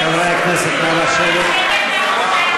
למה אתם לא מבטלים